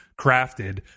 crafted